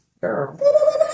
girl